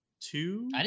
two